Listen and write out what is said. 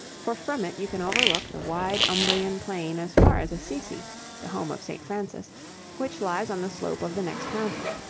for from it you can overlook the wide umbrian plain as far as assisi the home of st. francis which lies on the slope of the next mountain.